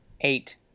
eight